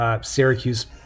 Syracuse